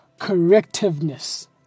correctiveness